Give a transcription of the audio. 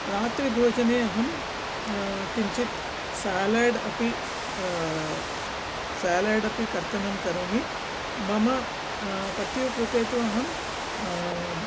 रत्रिभोजने अहं किञ्चित् सालड् अपि सालड् अपि कर्तनं करोमि मम पत्युः कृते तु अहं